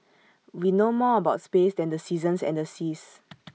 we know more about space than the seasons and the seas